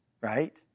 right